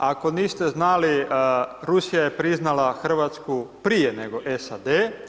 Ako niste znali Rusija je priznala Hrvatsku prije nego SAD.